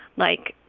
like,